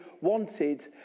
wanted